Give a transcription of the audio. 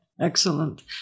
excellent